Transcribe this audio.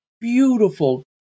beautiful